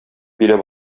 биләп